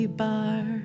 bar